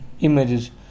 images